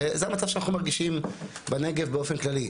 זה המצב שאנחנו מרגישים בנגב באופן כללי.